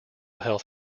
health